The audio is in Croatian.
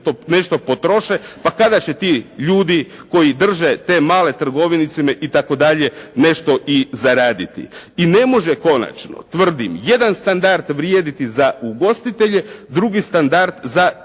nešto potroše pa kada će ti ljudi koji drže te male trgovinice itd. nešto i zaraditi? I ne možemo konačno, tvrdim, jedan standard vrijediti za ugostitelje, drugi standard za trgovce.